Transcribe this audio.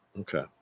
Okay